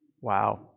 Wow